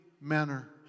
manner